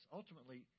Ultimately